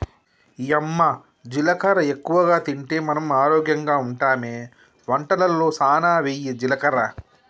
యమ్మ జీలకర్ర ఎక్కువగా తింటే మనం ఆరోగ్యంగా ఉంటామె వంటలలో సానా వెయ్యి జీలకర్ర